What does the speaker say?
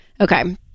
Okay